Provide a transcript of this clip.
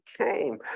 came